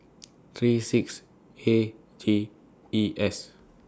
three six A G E S